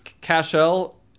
cashel